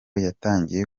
yatangiye